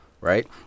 right